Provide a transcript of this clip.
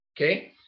Okay